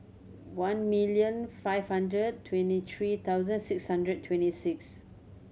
one million five hundred twenty three thousand six hundred twenty six